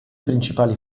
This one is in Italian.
principali